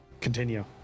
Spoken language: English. continue